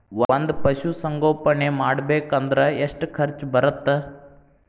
ಒಂದ್ ಪಶುಸಂಗೋಪನೆ ಮಾಡ್ಬೇಕ್ ಅಂದ್ರ ಎಷ್ಟ ಖರ್ಚ್ ಬರತ್ತ?